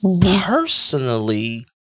personally